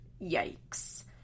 yikes